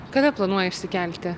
kada planuoji išsikelti